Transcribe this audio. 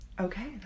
Okay